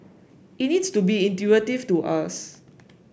it needs to be intuitive to us